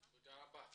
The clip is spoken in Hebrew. תודה.